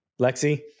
Lexi